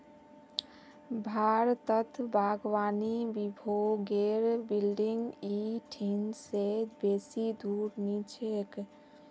भारतत बागवानी विभागेर बिल्डिंग इ ठिन से बेसी दूर नी छेक